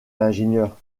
l’ingénieur